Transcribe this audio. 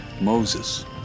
Moses